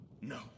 No